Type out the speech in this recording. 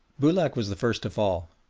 boulac was the first to fall.